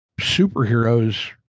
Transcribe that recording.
superheroes